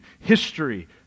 history